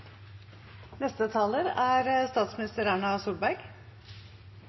Neste taler er